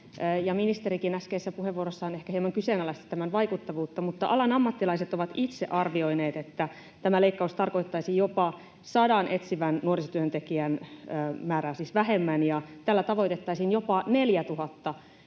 ministerikin äskeisessä puheenvuorossaan ehkä hieman kyseenalaisti tämän vaikuttavuutta. Mutta alan ammattilaiset ovat itse arvioineet, että tämä leikkaus tarkoittaisi jopa sadan etsivän nuorisotyöntekijän määrää siis vähemmän ja tällä tavoitettaisiin jopa 4 000